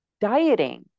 dieting